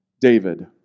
David